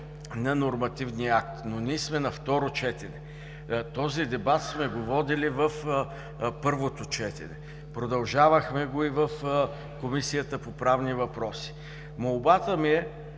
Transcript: на нормативния акт. Но ние сме на второ четене. Този дебат сме го водили на първо четене. Продължихме го и в Комисията по правни въпроси. Сигурен съм,